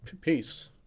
peace